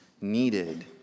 needed